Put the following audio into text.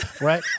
right